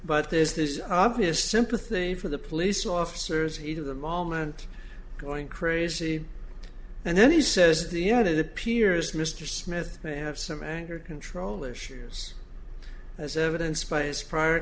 but this is obvious sympathy for the police officers heat of the moment going crazy and then he says the end it appears mr smith they have some anger control issues as evidenced by his prior